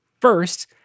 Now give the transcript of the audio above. first